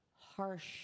harsh